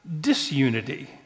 disunity